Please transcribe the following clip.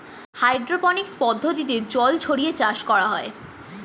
hydroponics পদ্ধতিতে জল ছড়িয়ে চাষ করা হয়